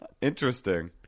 Interesting